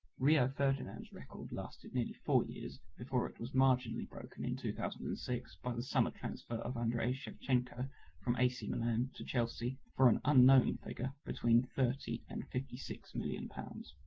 rio ferdinand's record lasted nearly four years, before it was marginally broken in two thousand and six by the summer transfer of andriy shevchenko from a c. milan to chelsea for an unknown figure between thirty and six million pounds.